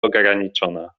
ograniczona